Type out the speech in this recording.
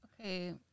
Okay